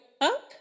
up